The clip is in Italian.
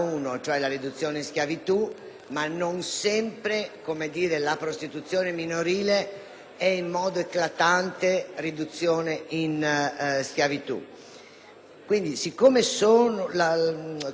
è in modo eclatante riduzione in schiavitù. Peraltro, poiché l'obiettivo del pubblico patrocinio è quello di avere qualcuno